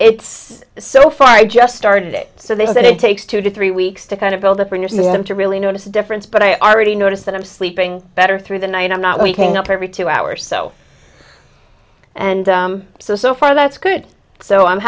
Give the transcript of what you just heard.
it's so far i just started it so they said it takes two to three weeks to kind of build up in your system to really notice a difference but i already noticed that i'm sleeping better through the night i'm not waking up every two hours so and so so far that's good so i'm